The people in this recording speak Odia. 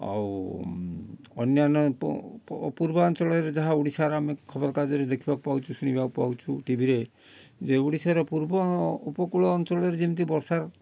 ଆଉ ଅନ୍ୟାନ୍ୟ ପୂର୍ବାଞ୍ଚଳରେ ଯାହା ଓଡ଼ିଶାର ଆମେ ଖବର କାଗଜରେ ଦେଖିବାକୁ ପାଉଛୁ ଶୁଣିବାକୁ ପାଉଛୁ ଟିଭିରେ ଯେ ଓଡିଶାର ପୂର୍ବ ଉପକୂଳ ଅଞ୍ଚଳରେ ଯେମିତି ବର୍ଷାର